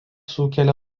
sukelia